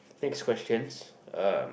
next questions uh